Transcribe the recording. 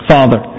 Father